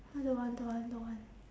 !huh! don't want don't want don't want